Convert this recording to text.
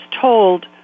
told